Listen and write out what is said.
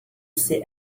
see